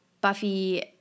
Buffy